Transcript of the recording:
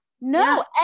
No